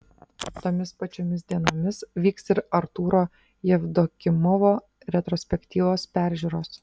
tomis pačiomis dienomis vyks ir artūro jevdokimovo retrospektyvos peržiūros